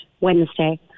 Wednesday